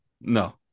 No